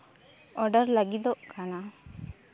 order ᱞᱟᱹᱜᱤᱫᱚᱜ ᱠᱟᱱᱟ